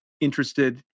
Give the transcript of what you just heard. interested